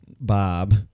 Bob